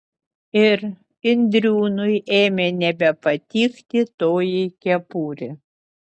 ir indriūnui ėmė nebepatikti toji kepurė